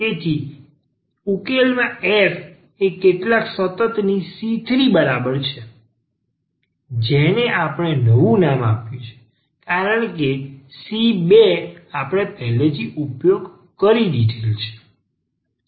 તેથી ઉકેલમાં f એ કેટલાક સતત ની c3 બરાબર છે જેને આપણે નામ આપ્યું છે કારણ કે c2 આપણે પહેલેથી જ ઉપયોગમાં લીધેલ છે